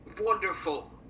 Wonderful